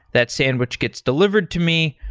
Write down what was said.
that sandwich gets delivered to me.